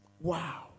Wow